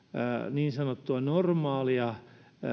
niin sanottua normaalia